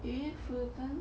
is it fullerton